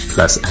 Plus